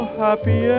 happy